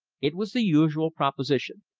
it was the usual proposition.